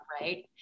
Right